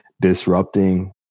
Disrupting